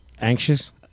Anxious